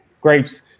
grapes